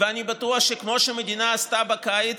ואני בטוח שכמו שהמדינה עשתה בקיץ,